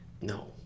No